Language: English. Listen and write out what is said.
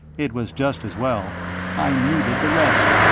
it was just as well i needed the rest.